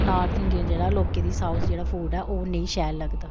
north Indian जेह्ड़ा लोकें दी साउथ जेह्ड़ा फूड ऐ ओह् उ'नेंई शैल लगदा